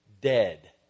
dead